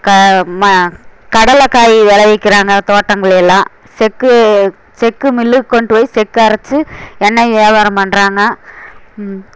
கடலை காய் விளைவிக்கிறாங்க தோட்டங்களேலாம் செக்கு செக்கு மில்லுக்கு கொண்டுட்டு போய் செக்கரைச்சி எண்ணெய் வியாபாரம் பண்ணுறாங்க